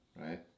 right